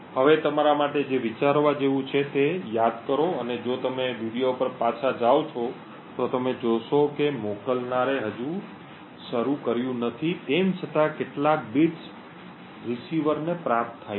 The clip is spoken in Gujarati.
હવે તમારા માટે જે વિચારવા જેવું છે તે યાદ કરો અથવા જો તમે વિડિઓ પર પાછા જાઓ છો તો તમે જોશો કે મોકલનારે હજુ શરૂ કર્યું નથી તેમ છતાં કેટલાક બીટ્સ પ્રાપ્તકર્તા ને પ્રાપ્ત થાય છે